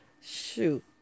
Shoot